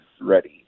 ready